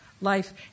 life